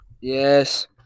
Yes